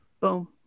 Boom